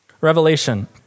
Revelation